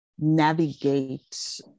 navigate